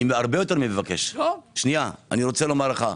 אני רוצה לומר לך,